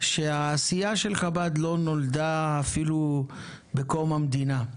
שהעשייה של חב"ד לא נולדה אפילו בקום המדינה.